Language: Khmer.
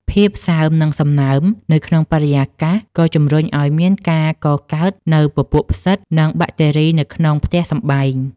ភាពសើម និងសំណើមនៅក្នុងបរិយាកាសក៏ជម្រុញឱ្យមានការកកើតនូវពពួកផ្សិត និងបាក់តេរីនៅក្នុងផ្ទះសម្បែង។